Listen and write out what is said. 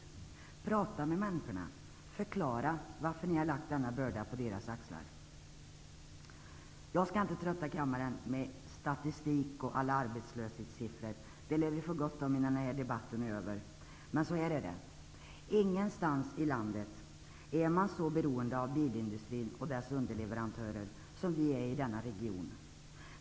Ni borde prata med människorna och förklara varför ni har lagt denna börda på deras axlar. Jag skall inte trötta kammaren med statistik och arbetslöshetssiffror -- det lär vi få gott om innan denna debatt är över. Ingenstans i landet är man så beroende av bilindustrin och dess underleverantörer som vi är i denna region.